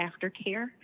aftercare